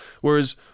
whereas